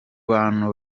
bantu